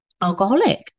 alcoholic